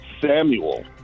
Samuel